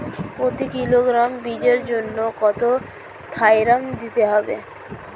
প্রতি কিলোগ্রাম বীজের জন্য কত থাইরাম দিতে হবে?